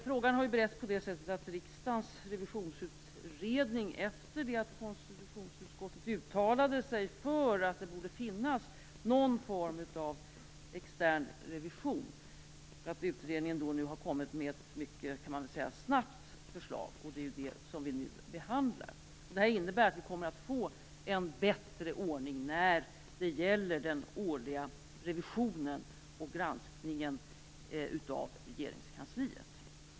Frågan har beretts av Riksdagens revisionsutredning, efter det att konstitutionsutskottet uttalade sig för att det borde finnas någon form av extern revision. Utredningen har mycket snabbt kommit med förslag, och det är det som vi nu behandlar. Det här innebär att vi kommer att få en bättre ordning när det gäller den årliga revisionen och granskningen av Regeringskansliet.